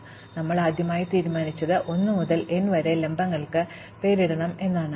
അതിനാൽ ഞങ്ങൾ ആദ്യം തീരുമാനിച്ചത് 1 മുതൽ n വരെ ലംബങ്ങൾക്ക് പേരിടണം എന്നതാണ്